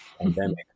pandemic